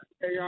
hey